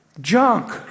Junk